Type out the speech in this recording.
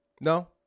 No